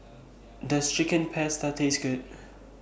Does Chicken Pasta Taste Good